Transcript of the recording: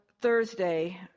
Thursday